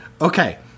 Okay